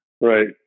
Right